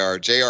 Jr